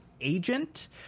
Agent